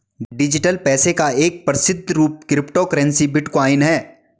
digital पैसे का एक प्रसिद्ध रूप क्रिप्टो करेंसी बिटकॉइन है